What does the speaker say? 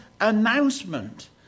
announcement